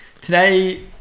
today